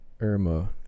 irma